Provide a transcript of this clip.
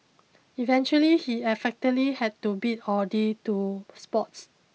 eventually he effectively had to bid adieu to sports